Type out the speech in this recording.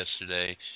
yesterday